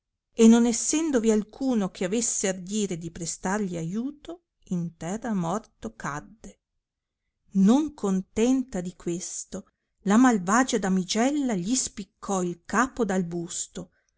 e non essendovi alcuno che avesse ardire di prestargli aiuto in terra morto cadde non contenta di questo la malvagia damigella gli spiccò il capo dal busto